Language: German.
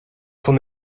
von